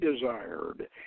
desired